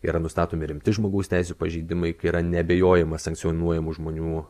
yra nustatomi rimti žmogaus teisių pažeidimai kai yra neabejojama sankcionuojamų žmonių